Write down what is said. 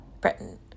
britain